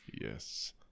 Yes